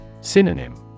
Synonym